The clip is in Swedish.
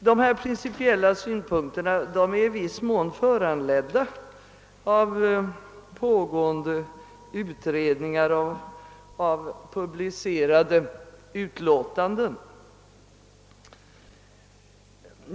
De principiella synpunkterna är i viss mån föranledda av pågående utredningar och publicerade betänkanden.